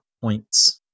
points